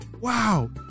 Wow